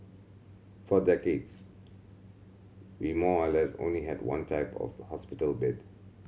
for decades we more or less only had one type of hospital bed